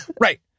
Right